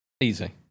Easy